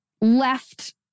left